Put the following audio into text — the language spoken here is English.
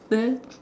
then